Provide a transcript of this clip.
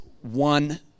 one